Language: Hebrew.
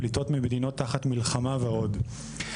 ופליטות ממדינות תחת מלחמה ועוד.